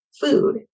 food